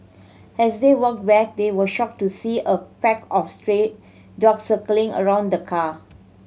as they walked back they were shocked to see a pack of stray dogs circling around the car